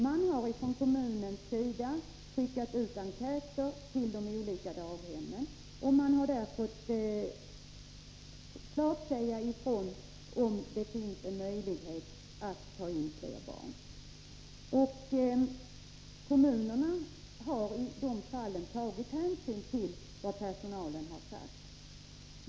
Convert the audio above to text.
Man har från kommunens sida skickat ut enkäter till de olika daghemmen, och personalen har där klart fått säga ifrån om det finns möjligheter att ta in fler barn. Kommunerna har i dessa fall tagit hänsyn till vad personalen har sagt.